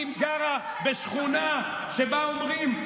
היא גרה בשכונה שבה אומרים,